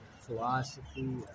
philosophy